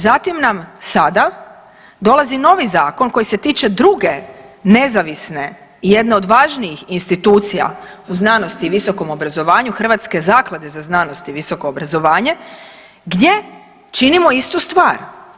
Zatim nam sada dolazi novi zakon koji se tiče druge nezavisne i jedne od važnijih institucija u znanosti i visokom obrazovanju Hrvatske zaklade za znanost i visoko obrazovanje gdje činimo istu stvar.